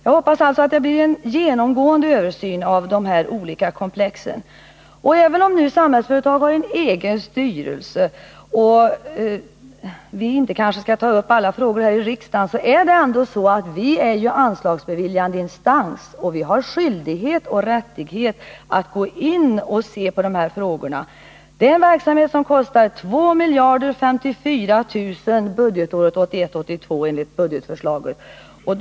Jag hoppas alltså att det blir en genomgående översyn av dessa olika komplex. Även om Samhällsföretag har en egen styrelse och vi inte skall ta upp alla detaljer här i riksdagen är det ändå så att vi är anslagsbeviljande instans och har skyldighet och rättighet att gå in och se på dessa frågor. Det är en verksamhet som enligt budgetförslaget kostar 2054 000 kr. budgetåret 1981/82.